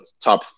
top